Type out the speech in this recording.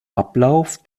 ablauf